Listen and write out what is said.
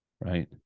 right